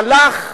הלך לברזיל,